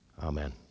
Amen